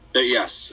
Yes